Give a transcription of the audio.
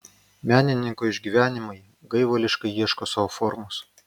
menininko išgyvenimai gaivališkai ieško sau formos